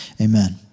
Amen